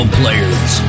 players